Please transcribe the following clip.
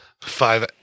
Five